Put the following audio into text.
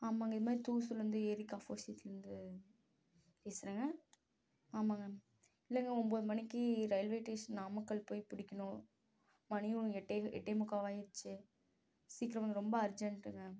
ஆமாங்க இது மாதிரி தூசூர்லேருந்து ஏரிக்கு ஆஃபோசிட்லருந்து பேசுகிறேங்க ஆமாங்க இல்லைங்க ஒம்பது மணிக்கு ரயில்வே டேஷன் நாமக்கல் போய் பிடிக்கணும் மணியும் எட்டே எட்டே முக்காவாயிருச்சு சீக்கிரம் வாங்க ரொம்ப அர்ஜெண்ட்டுங்க